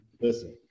Listen